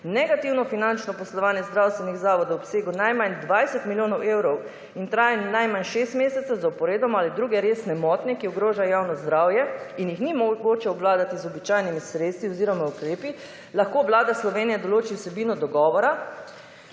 negativno finančno poslovanje zdravstvenih zavodov v obsegu najmanj 20 milijonov evrov in trajanje najmanj 6 mesecev zaporedoma ali druge resne motnje, ki ogrožajo javno zdravje in jih ni mogoče obvladati z običajnimi sredstvi oziroma ukrepi lahko Vlada Slovenije določi vsebino dogovora